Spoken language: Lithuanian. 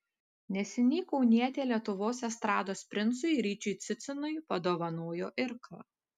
neseniai kaunietė lietuvos estrados princui ryčiui cicinui padovanojo irklą